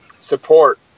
support